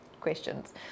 questions